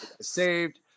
saved